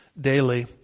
daily